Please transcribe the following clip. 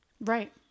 Right